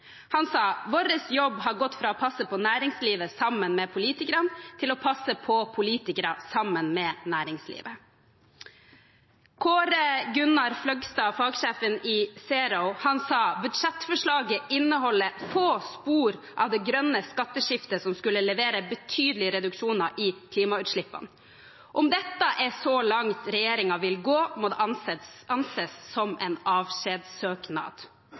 Han sa: «Vår jobb har gått fra å passe på næringslivet sammen med politikerne til å passe på politikerne sammen med næringslivet.» Kåre Gunnar Fløystad, fagsjef i ZERO, sa: «Budsjettforslaget inneholder få spor av det grønne skatteskiftet som skulle levere «betydelige reduksjoner i klimautslippene». Om dette er så langt regjeringen vil gå, må det anses som en